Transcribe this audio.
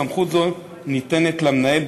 סמכות זו ניתנת למנהל,